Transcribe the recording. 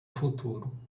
futuro